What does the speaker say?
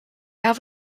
have